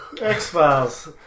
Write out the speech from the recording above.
X-Files